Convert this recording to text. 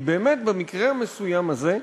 כי באמת במקרה המסוים הזה,